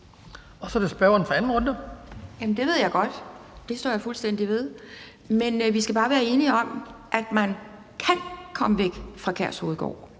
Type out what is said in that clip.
Kl. 12:31 Pia Kjærsgaard (DF): Det ved jeg godt. Det står jeg fuldstændig ved. Men vi skal bare være enige om, at man kan komme væk fra Kærshovedgård,